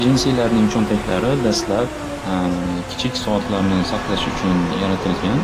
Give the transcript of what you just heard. Jinsilarning cho'ntaklari dastlab kichik soatlarni saqlash uchun yaratilgan